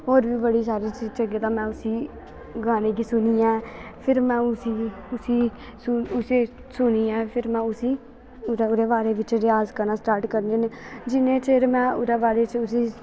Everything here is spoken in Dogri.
होर बी बड़ी सारी जगहें दा में उस्सी गाने गी सुनियै फिर में उसगी उस्सी उस्सी सुनियै फिर में उस्सी ओह्दे ओह्दे बारे बिच्च रिआज करना स्टार्ट करनी होन्नी जिन्नै चिर में ओह्दे बारे च उस्सी